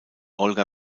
olga